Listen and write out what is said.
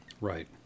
Right